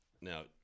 Now